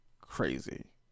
crazy